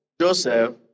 Joseph